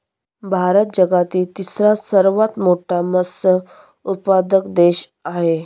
भारत जगातील तिसरा सर्वात मोठा मत्स्य उत्पादक देश आहे